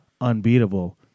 unbeatable